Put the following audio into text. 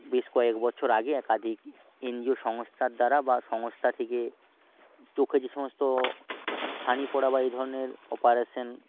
বেশ কয়েকবছর আগে একাধিক এন জি ও সংস্থার দ্বারা বা সংস্থা থেকে চোখে যে সমস্ত ছানি পড়া বা এই ধরনের অপারেশন